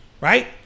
right